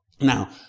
Now